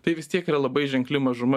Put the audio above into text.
tai vis tiek yra labai ženkli mažuma